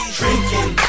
drinking